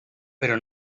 però